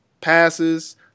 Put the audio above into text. passes